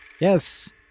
yes